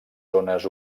zones